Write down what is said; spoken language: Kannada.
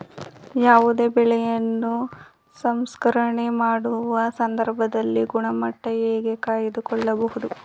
ಯಾವುದೇ ಬೆಳೆಯನ್ನು ಸಂಸ್ಕರಣೆ ಮಾಡುವ ಸಂದರ್ಭದಲ್ಲಿ ಗುಣಮಟ್ಟ ಹೇಗೆ ಕಾಯ್ದು ಕೊಳ್ಳಬಹುದು?